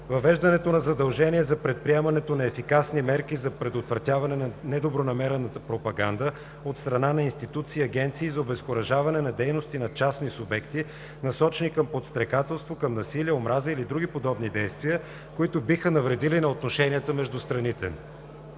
въвеждането на задължение за предприемането на ефикасни мерки за предотвратяване на недобронамерена пропаганда от страна на институции и агенции и за обезкуражаване на дейности на частни субекти, насочени към подстрекателство, към насилие, омраза или други подобни действия, които биха навредили на отношенията между страните;